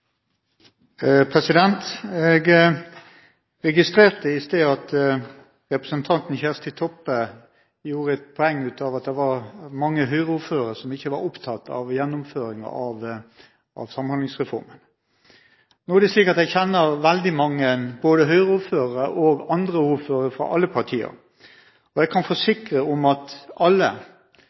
Jeg registrerte i sted at representanten Kjersti Toppe gjorde et poeng av at det var mange Høyre-ordførere som ikke var opptatt av gjennomføringen av Samhandlingsreformen. Nå er det slik at jeg kjenner veldig mange både Høyre-ordførere og andre ordførere fra alle partier, og jeg kan forsikre om at alle,